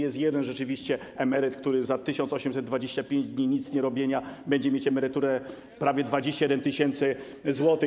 Jest rzeczywiście jeden emeryt, który za 1825 dni nicnierobienia będzie mieć emeryturę prawie 21 tys. zł.